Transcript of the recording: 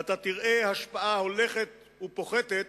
אתה תראה השפעה הולכת ופוחתת,